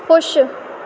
خوش